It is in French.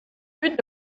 but